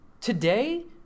Today